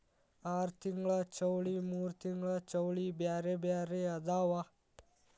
ಆರತಿಂಗ್ಳ ಚೌಳಿ ಮೂರತಿಂಗ್ಳ ಚೌಳಿ ಬ್ಯಾರೆ ಬ್ಯಾರೆ ಅದಾವ